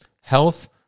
health